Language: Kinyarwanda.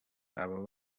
abo